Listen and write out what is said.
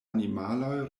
animaloj